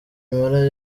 impala